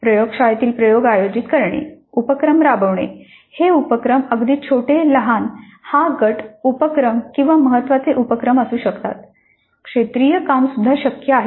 प्रयोगशाळेतील प्रयोग आयोजित करणे उपक्रम राबवणे हे उपक्रम अगदी छोटे लहान हां गट उपक्रम किंवा महत्त्वाचे उपक्रम असू शकतात क्षेत्रीय काम सुद्धा शक्य आहे